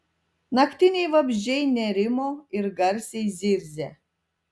naktiniai vabzdžiai nerimo ir garsiai zirzė